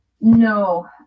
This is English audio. No